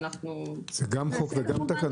זה גם חוק וגם תקנות?